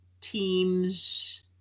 teams